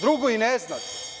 Drugo i ne znate.